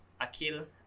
akil